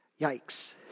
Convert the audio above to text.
Yikes